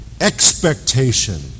expectation